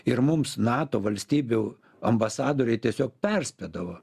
ir mums nato valstybių ambasadoriai tiesiog perspėdavo